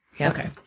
okay